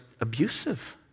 abusive